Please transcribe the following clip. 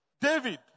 David